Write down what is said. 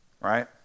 right